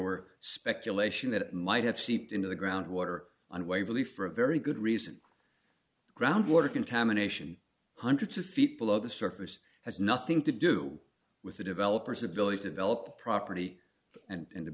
were speculation that it might have seeped into the groundwater and waverley for a very good reason groundwater contamination hundreds of feet below the surface has nothing to do with the developers ability to develop property and